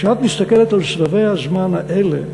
כשאת מסתכלת על סבבי הזמן האלה,